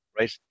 right